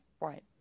Right